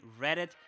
Reddit